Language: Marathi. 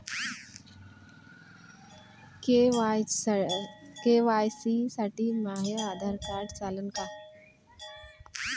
के.वाय.सी साठी माह्य आधार कार्ड चालन का?